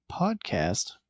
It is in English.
podcast